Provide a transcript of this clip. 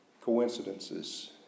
coincidences